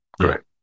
correct